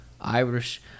Irish